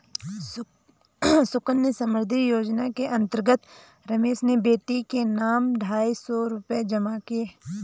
सुकन्या समृद्धि योजना के अंतर्गत रमेश ने बेटी के नाम ढाई सौ रूपए जमा किए